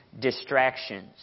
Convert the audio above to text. distractions